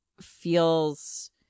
feels